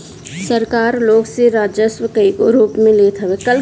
सरकार लोग से राजस्व कईगो रूप में लेत हवे